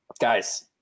Guys